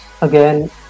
again